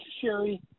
Sherry